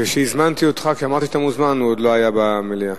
כשאמרתי שאתה מוזמן, הוא עוד לא היה במליאה.